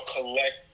collect